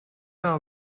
are